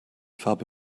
farbe